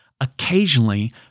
occasionally